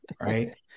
Right